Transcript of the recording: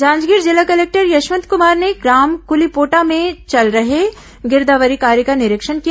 जांजगीर जिला कलेक्टर यशवंत कमार ने ग्राम कलीपोटा में चल रहे गिरदावरी कार्य का निरीक्षण किया